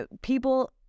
people